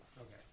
Okay